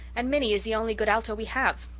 and minnie is the only good alto we have!